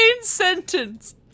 sentence